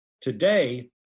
Today